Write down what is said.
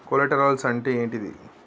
Collaterals అంటే ఏంటిది?